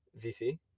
VC